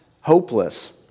hopeless